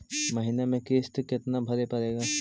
महीने में किस्त कितना भरें पड़ेगा?